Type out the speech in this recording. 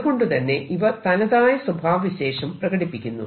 അതുകൊണ്ടുതന്നെ ഇവ തനതായ സ്വഭാവ വിശേഷം പ്രകടിപ്പിക്കുന്നു